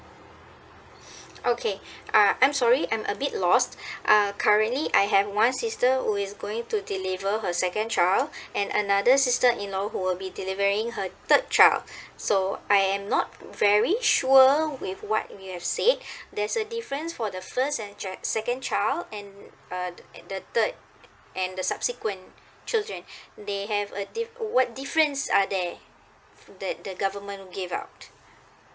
okay uh I'm sorry I'm a bit lost uh currently I have one sister who is going to deliver her second child and another sister in law who will be delivering her third child so I am not very sure with what you have say does the difference for the first and se~ second child and uh the third and the subsequent children they have uh diff~ what differences are there the the government give out